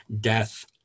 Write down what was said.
death